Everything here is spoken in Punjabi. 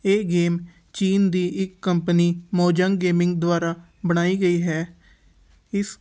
ਇਹ ਗੇਮ ਚੀਨ ਦੀ ਇੱਕ ਕੰਪਨੀ ਮੌਜੰਗ ਗੇਮਿੰਗ ਦੁਆਰਾ ਬਣਾਈ ਗਈ ਹੈ ਇਸ